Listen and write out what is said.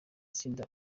tsinda